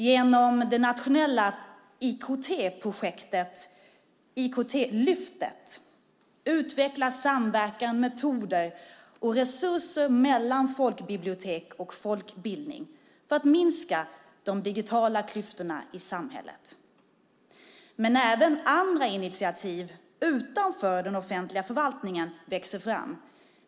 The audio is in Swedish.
Genom det nationella projektet IKT-lyftet utvecklas samverkan, metoder och resurser mellan folkbibliotek och folkbildning för att minska de digitala klyftorna i samhället. Men även andra initiativ utanför den offentliga förvaltningen växer fram.